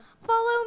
Follow